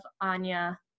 Anya